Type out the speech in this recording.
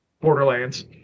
Borderlands